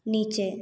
नीचे